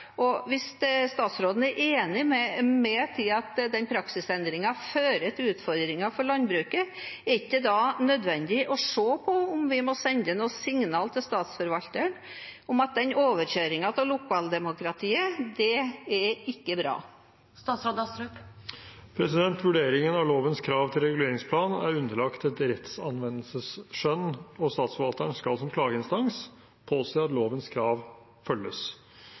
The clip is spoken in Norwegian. Hvis statsråden er enig med meg i at den praksisendringen fører til utfordringer for landbruket, er det ikke da nødvendig å se på om vi må sende noen signaler til statsforvalterne om at den overkjøringen av lokaldemokratiet ikke er bra? Vurderingen av lovens krav til reguleringsplan er underlagt et rettsanvendelsesskjønn, og statsforvalteren skal som klageinstans påse at lovens krav følges.